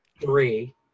three